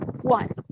One